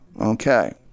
Okay